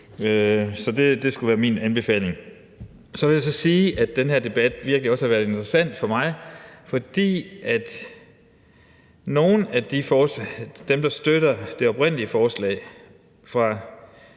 Så det skal være min anbefaling. Så vil jeg sige, at den her debat virkelig også har været interessant for mig, fordi nogle af dem, der støtter det oprindelige forslag fra